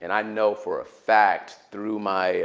and i know for a fact through my